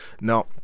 Now